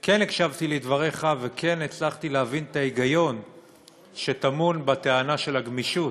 כן הקשבתי לדבריך וכן הצלחתי להבין את ההיגיון שטמון בטענה של הגמישות.